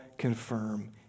Confirm